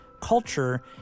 culture